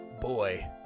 Boy